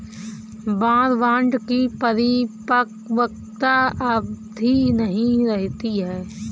war bond की परिपक्वता अवधि नहीं रहती है